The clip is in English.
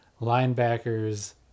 linebackers